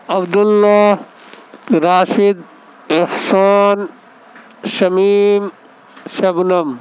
Abdul Allah Rashid Ehsan Shamim Shabnam